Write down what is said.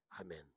Amen